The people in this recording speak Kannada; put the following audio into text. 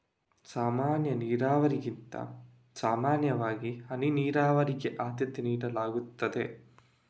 ಸಾಮಾನ್ಯ ನೀರಾವರಿಗಿಂತ ಸಾಮಾನ್ಯವಾಗಿ ಹನಿ ನೀರಾವರಿಗೆ ಆದ್ಯತೆ ನೀಡಲಾಗ್ತದೆ